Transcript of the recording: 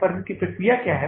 firm की प्रक्रिया क्या है